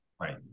Right